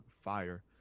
fire